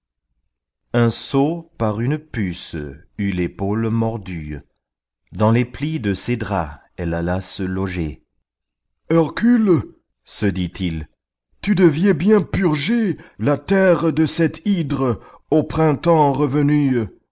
un sot par une puce eut l'épaule mordue dans les plis de ses draps elle alla se loger hercule se dit-il tu devais bien purger la terre de cette hydre au printemps revenue